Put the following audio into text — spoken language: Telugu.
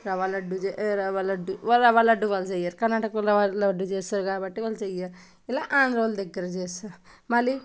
రవ్వ లడ్డు ఏ రవ్వ లడ్డు వా రవ్వ లడ్డు వాళ్ళు చేయరు కర్ణాటక వాళ్ళు రవ్వ లడ్డు చేస్తారు కాబట్టి వాళ్ళు చెయ్య ఇలా ఆంధ్ర వాళ్ళు దగ్గర చేస్తారు మళ్ళీ